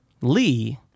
Lee